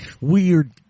Weird